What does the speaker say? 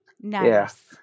Nice